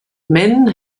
men